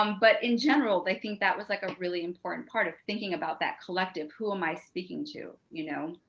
um but in general they think that was like a really important part of thinking about that collective, who am i speaking to, you know?